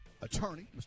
attorney